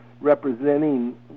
representing